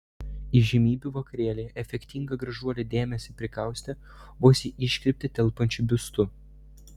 įžymybių vakarėlyje efektinga gražuolė dėmesį prikaustė vos į iškirptę telpančiu biustu